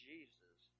Jesus